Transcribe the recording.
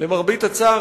למרבה הצער,